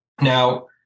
Now